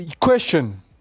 question